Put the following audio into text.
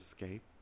escape